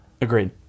Agreed